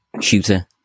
shooter